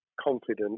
confident